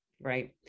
right